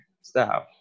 staff